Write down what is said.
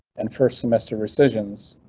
and first semester rescissions.